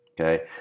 okay